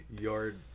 yard